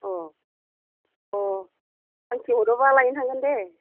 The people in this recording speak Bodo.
अह अह बाखि हरोबा लायनो थांगोन दे